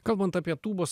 kalbant apie tūbos